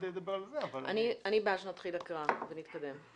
אני בעד שנתחיל הקראה ונתקדם.